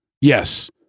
Yes